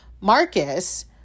Marcus